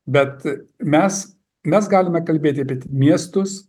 bet mes mes galime kalbėti apie miestus